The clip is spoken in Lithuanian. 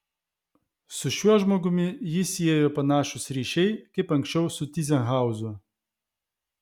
su šiuo žmogumi jį siejo panašūs ryšiai kaip anksčiau su tyzenhauzu